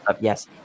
Yes